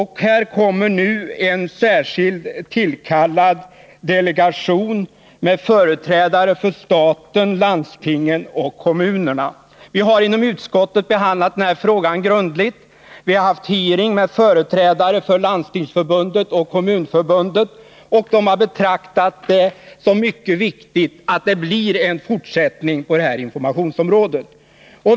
Här kommer nu en särskilt tillkallad delegation, med företrädare för staten, landstingen och kommunerna, att vara verksam. Vi har inom utskottet behandlat frågan grundligt. Vi har haft en hearing med företrädare för Landstingsförbundet och Kommunförbundet, och de har betraktat det som mycket viktigt att det blir en fortsättning på verksamheten inom informationsområdet.